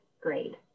grade